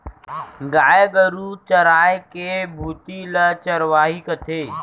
गाय गरू चराय के भुती ल चरवाही कथें